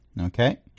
Okay